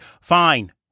Fine